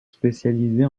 spécialisée